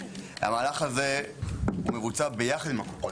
המהלך הזה הוא מבוצע ביחד עם הקופות,